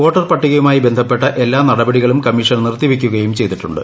വോട്ടർപട്ടികയുമായി ബന്ധപ്പെട്ട എല്ലാ നടപടികളും കമ്മീഷൻ നിർത്തിവയ്ക്കുകയും ചെയ്തിട്ടുണ്ട്